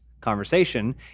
conversation